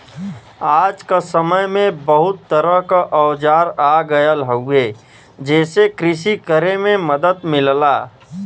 आज क समय में बहुत तरह क औजार आ गयल हउवे जेसे कृषि करे में मदद मिलला